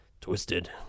twisted